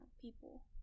people